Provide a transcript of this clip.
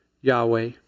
Yahweh